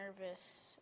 nervous